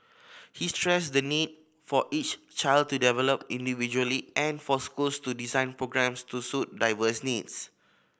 he stressed the need for each child to develop individually and for schools to design programmes to suit diverse needs